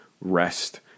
rest